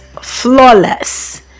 flawless